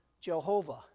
Jehovah